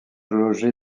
logé